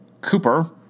Cooper